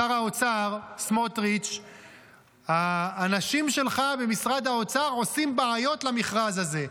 שר האוצר סמוטריץ': האנשים שלך במשרד האוצר עושים בעיות למכרז הזה,